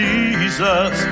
Jesus